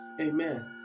Amen